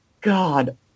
God